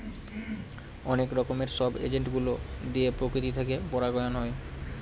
অনেক রকমের সব এজেন্ট গুলো দিয়ে প্রকৃতি থেকে পরাগায়ন হয়